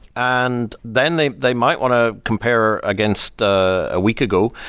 and then they they might want to compare against a week ago.